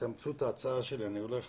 תאמצו את ההצעה שלי אני הולך